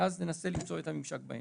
ואז ננסה למצוא את הממשק באמצע.